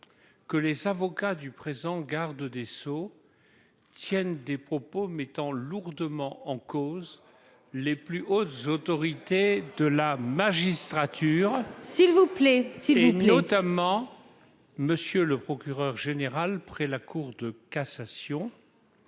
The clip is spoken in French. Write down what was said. que les avocats du présent, garde des Sceaux, tiennent des propos mettant lourdement en cause les plus hautes autorités de la magistrature. S'il vous plaît. Et notamment monsieur le procureur général près la Cour de cassation,